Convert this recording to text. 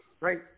right